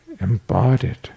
Embodied